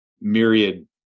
myriad